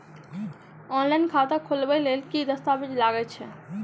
Online खाता खोलबय लेल केँ दस्तावेज लागति अछि?